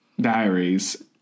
diaries